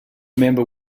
member